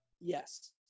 yes